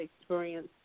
experience